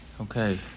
Okay